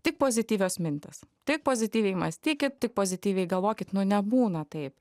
tik pozityvios mintys tik pozityviai mąstykit tik pozityviai galvokit nu nebūna taip